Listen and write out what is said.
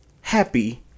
happy